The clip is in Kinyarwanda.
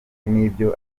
n’ibyo